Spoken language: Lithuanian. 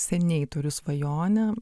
seniai turiu svajonę